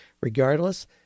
regardless